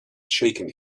shaken